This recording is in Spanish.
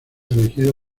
elegido